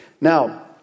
Now